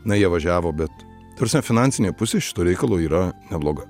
na jie važiavo bet ta prasme finansinė pusė šito reikalo yra nebloga